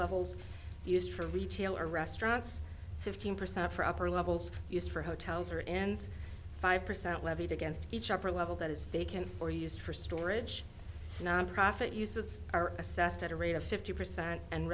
levels used for retail or restaurants fifteen percent for upper levels used for hotels or ends five percent levied against each upper level that is fake and or used for storage nonprofit uses are assessed at a rate of fifty percent and